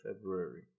February